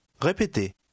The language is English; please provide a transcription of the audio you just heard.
Répétez